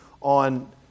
on